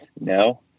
no